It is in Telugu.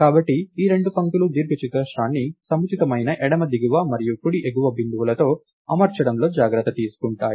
కాబట్టి ఈ రెండు పంక్తులు దీర్ఘచతురస్రాన్ని సముచితమైన ఎడమ దిగువ మరియు కుడి ఎగువ బిందువులతో అమర్చడంలో జాగ్రత్త తీసుకుంటాయి